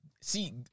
see